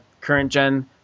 current-gen